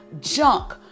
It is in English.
junk